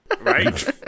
Right